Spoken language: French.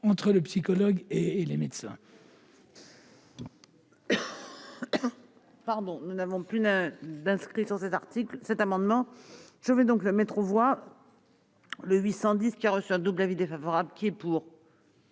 entre le psychologue et le médecin